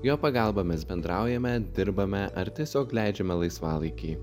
jo pagalba mes bendraujame dirbame ar tiesiog leidžiame laisvalaikį